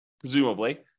presumably